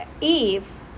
Eve